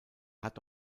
hat